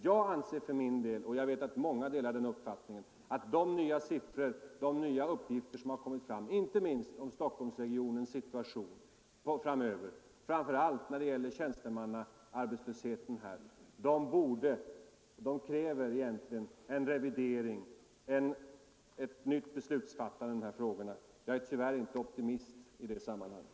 Jag anser för min del — och jag vet att många delar den uppfattningen — att de nya uppgifter som har kommit fram inte minst om Stockholmsregionens situation framöver, framför allt när det gäller tjänstemannaarbetslösheten, egentligen kräver en revidering, ett nytt beslutsfattande i dessa frågor. Jag är tyvärr inte optimist i det sammanhanget.